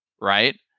right